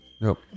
Nope